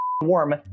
warm